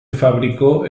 fabricó